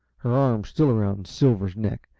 her arms still around silver's neck,